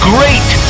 Great